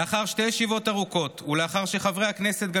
לאחר שתי ישיבות ארוכות ולאחר שחברי הכנסת גם